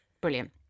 brilliant